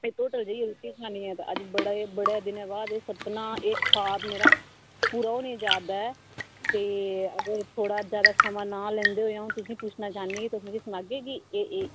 ते इस होटल जाइयै रुट्टी खानी ऐ ते अज्ज बड़े दिनें दे बाद एह् सपना एह् खाब मेरा पूरा होने गी जा करदा ऐ ते थुहाड़ा जादा समां ना लैंदे होई अ'ऊं तुसें गी पुच्छना चाहनी की तुस मिगी सनाह्गे कि एह् एह्